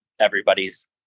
everybody's